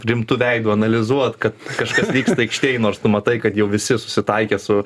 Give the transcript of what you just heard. rimtu veidu analizuot kad kažkas vyksta aikštėj nors tu matai kad jau visi susitaikę su